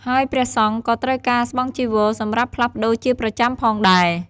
ហើយព្រះសង្ឃក៏ត្រូវការស្បង់ចីវរសម្រាប់ផ្លាស់ប្ដូរជាប្រចាំផងដែរ។